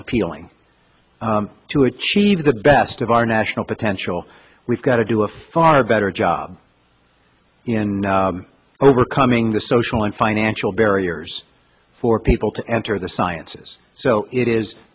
appealing to achieve the best of our national potential we've got to do a far better job in overcoming the social and financial barriers for people to enter the sciences so it is